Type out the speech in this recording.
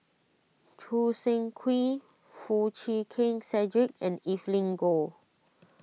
Choo Seng Quee Foo Chee Keng Cedric and Evelyn Goh